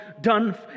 done